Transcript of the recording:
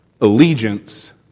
allegiance